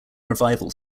revival